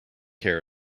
hair